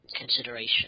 consideration